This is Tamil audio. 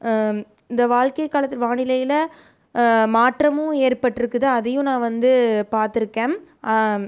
இந்த வாழ்க்கை காலத்து வானிலையில் மாற்றமும் ஏற்பட்டுருக்குது அதையும் நான் வந்து பார்த்துருக்கேன்